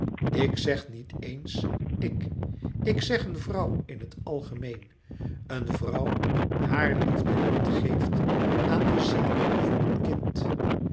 ik zeg niet eens ik ik zeg een vrouw in het algemeen een vrouw haar liefde niet geeft aan de ziel van een kind